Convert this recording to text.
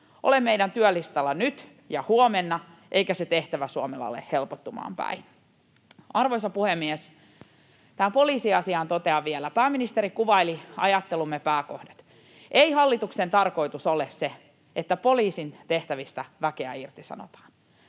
ole meidän työlistallamme nyt ja huomenna, eikä se tehtävä Suomella ole helpottumaan päin. Arvoisa puhemies! Tähän poliisiasiaan totean vielä. Pääministeri kuvaili ajattelumme pääkohdat. Ei hallituksen tarkoitus ole se, että poliisin tehtävistä väkeä irtisanotaan.